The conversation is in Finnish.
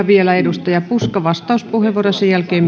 vielä edustaja puska vastauspuheenvuoro ja sen jälkeen